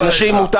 לנשים מותר